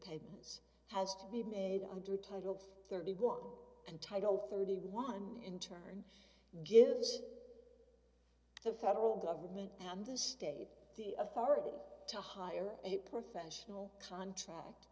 attendance has to be made under title thirty one and title thirty one in turn gives the federal government and the state the authority to hire a professional contract